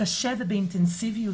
קשה ובאינטנסיביות,